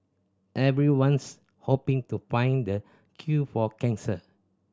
everyone's hoping to find the cure for cancer